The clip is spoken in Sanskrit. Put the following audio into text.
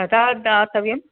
कदा दातव्यम्